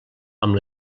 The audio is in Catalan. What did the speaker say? amb